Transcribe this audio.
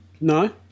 no